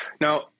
Now